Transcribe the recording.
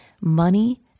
Money